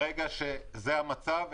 ברגע שזה המצב,